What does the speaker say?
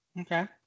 Okay